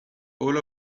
all